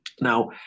Now